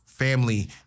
family